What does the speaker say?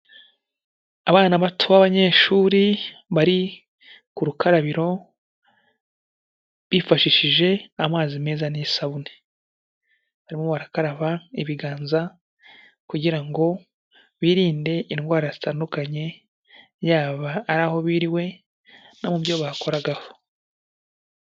Abana bato b'abanyeshuri bari ku rukarabiro bifashishije amazi meza n'isabune, barimo barakaraba ibiganza kugira ngo birinde indwara zitandukanye, yaba ari aho biriwe no mu byo bakoragaho.